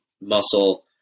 muscle